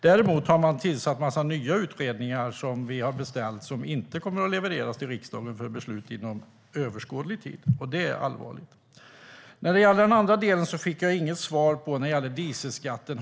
Däremot har regeringen tillsatt en massa nya utredningar som vi har beställt som inte kommer att levereras till riksdagen för beslut inom överskådlig tid. Det är allvarligt. När det gäller den andra delen fick jag inget svar när det gäller dieselskatten.